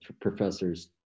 professors